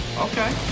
Okay